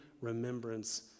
remembrance